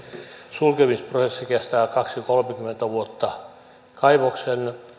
sulkemisprosessi kestää kaksikymmentä viiva kolmekymmentä vuotta kaivoksen